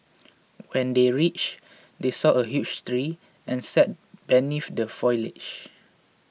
when they reached they saw a huge tree and sat beneath the foliage